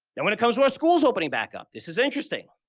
now, when it comes to our schools opening back up, this is interesting.